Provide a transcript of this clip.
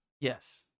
Yes